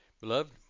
Beloved